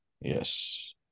Yes